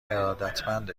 ارادتمند